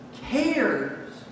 cares